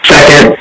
Second